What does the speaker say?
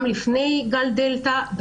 גם לפני גל הדלתא,